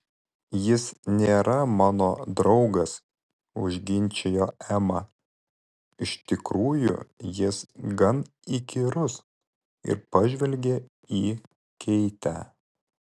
jis nėra mano draugas užginčijo ema iš tikrųjų jis gan įkyrus ir pažvelgė į keitę